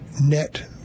net